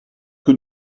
que